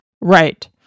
Right